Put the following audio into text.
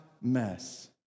mess